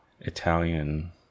italian